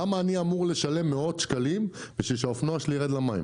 למה אני אמור לשלם מאות שקלים בשביל שהאופנוע שלי ירד למים?